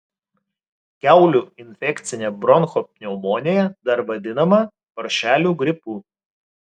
kiaulių infekcinė bronchopneumonija dar vadinama paršelių gripu